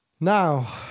Now